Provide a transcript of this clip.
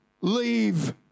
leave